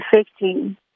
affecting